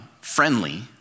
friendly